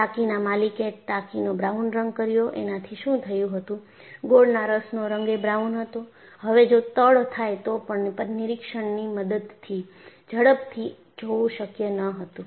ટાંકીના માલિકે ટાંકીનો બ્રાઉન રંગ કર્યો એનાથી શું થયું હતું ગોળના રસનો રંગ એ બ્રાઉન હતો હવે જો તડ થાય તો પણ નિરીક્ષણ ની મદદથી ઝડપથી જોવું શક્ય ન હતું